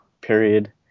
period